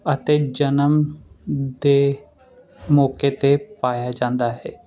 ਅਤੇ ਜਨਮ ਦੇ ਮੌਕੇ 'ਤੇ ਪਾਇਆ ਜਾਂਦਾ ਹੈ